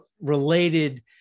related